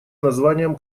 названием